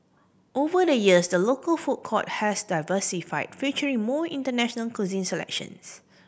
over the years the local food court has diversified featuring more international cuisine selections